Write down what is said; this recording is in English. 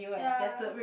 ya